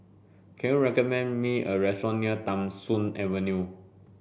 can you recommend me a restaurant near Tham Soong Avenue